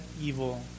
evil